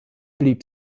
blieb